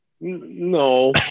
no